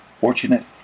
fortunate